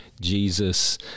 jesus